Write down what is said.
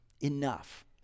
enough